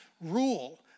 rule